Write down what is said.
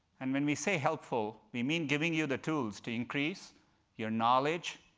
and when we say helpful, we mean giving you the tools to increase your knowledge,